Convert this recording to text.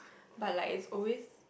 but like is always